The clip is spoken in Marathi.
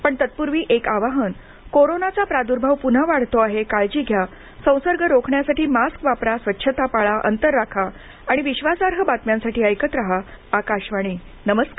पण तत्पूर्वी एक आवाहन कोरोनाचा प्राद्र्भाव पुन्हा वाढतो आहे काळजी घ्या संसर्ग रोखण्यासाठी मास्क वापरा स्वच्छता पाळा अंतर राखा आणि विश्वासार्ह बातम्यांसाठी ऐकत रहा आकाशवाणी नमस्कार